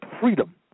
freedom